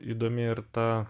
įdomi ir ta